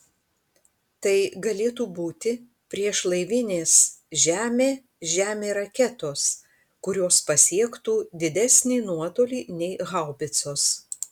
tai galėtų būti priešlaivinės žemė žemė raketos kurios pasiektų didesnį nuotolį nei haubicos